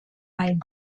ein